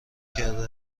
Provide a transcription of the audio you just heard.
کرده